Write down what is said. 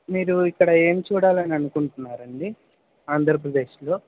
మీరు ఇక్కడ ఏం చూడాలని అనుకుంటున్నారండి ఆంధ్రప్రదేశ్లో